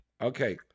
Okay